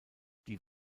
die